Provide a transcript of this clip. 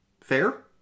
fair